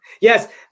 Yes